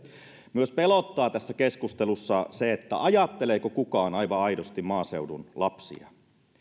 myös pelottaa tässä keskustelussa se ajatteleeko kukaan aivan aidosti maaseudun lapsia